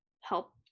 help